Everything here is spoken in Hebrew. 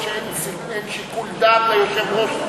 שאין שיקול דעת ליושב-ראש,